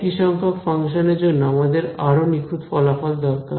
একই সংখ্যক ফাংশনের জন্য আমাদের আরও নিখুঁত ফলাফল দরকার